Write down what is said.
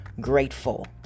grateful